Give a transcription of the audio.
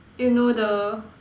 you know the